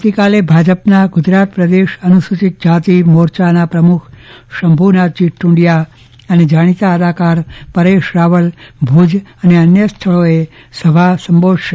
આવતી કાલે ભાજપના ગુજરાત પ્રદેશ અનુસુચિત જાતિ મોરચાના પ્રમુખ શંભુનાથજી ટુંડીયા અને જાણીતા અદાકાર પરેશ રાવલ ભુજ અને અન્ય સ્થળોએ સભા સંબોધશે